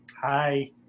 Hi